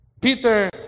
peter